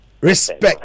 respect